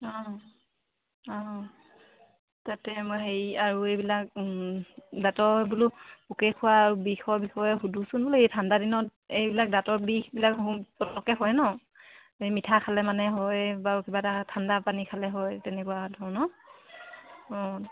অঁ অঁ তাতে মই হেৰি আৰু এইবিলাক দাঁতৰ বোলো পোকে খোৱা আৰু বিষৰ বিষয়ে সুধোচোন বোলো এই ঠাণ্ডা দিনত এইবিলাক দাঁতৰ বিষবিলাক পটককৈ হয় ন এই মিঠা খালে মানে হয় বাৰু কিবা এটা ঠাণ্ডা পানী খালে হয় তেনেকুৱা ধৰণৰ অঁ